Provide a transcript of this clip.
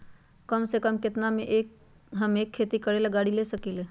कम से कम केतना में हम एक खेती करेला गाड़ी ले सकींले?